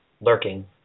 lurking